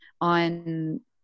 on